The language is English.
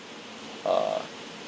uh